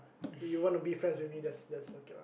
you wanna be friends with me just just okay lah